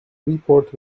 report